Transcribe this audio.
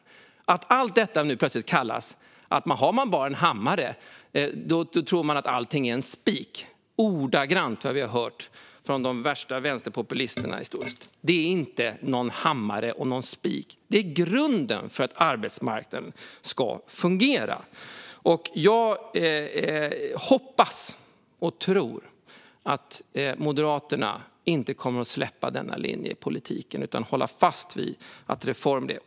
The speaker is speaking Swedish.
Allt detta kallas plötsligt för att vi bara har en hammare och därför tror att allting är en spik. Det är ordagrant vad vi historiskt har hört från de värsta vänsterpopulisterna. Det är inte någon hammare och någon spik! Det är grunden för att arbetsmarknaden ska fungera. Jag hoppas och tror att Moderaterna inte kommer att släppa denna linje i politiken utan hålla fast vid att reformera.